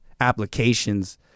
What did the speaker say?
applications